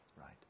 right